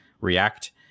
React